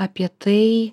apie tai